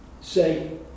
say